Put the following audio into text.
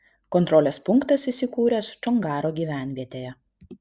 kontrolės punktas įsikūręs čongaro gyvenvietėje